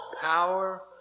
power